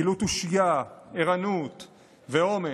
הן גילו תושייה, ערנות ואומץ,